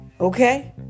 Okay